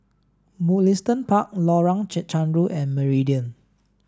Mugliston Park Lorong Chencharu and Meridian